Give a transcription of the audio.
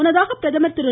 முன்னதாக பிரதமர் திரு